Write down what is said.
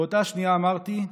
באותה שנייה אמרתי: